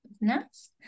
nice